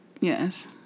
Yes